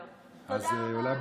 אז אולי בפעם הבאה.